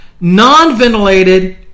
non-ventilated